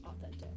authentic